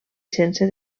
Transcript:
sense